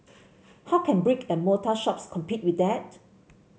how can brick and mortar shops compete with that